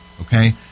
okay